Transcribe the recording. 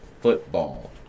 football